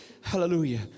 Hallelujah